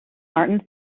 martin